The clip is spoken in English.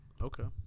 Okay